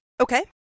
Okay